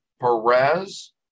perez